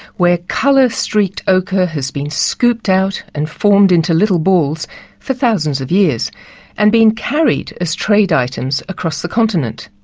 where colour-streaked ochre has been scooped out and formed into little balls for thousands of years and been carried as trade items across the continent.